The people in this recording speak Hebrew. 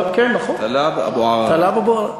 טלב אבו עראר.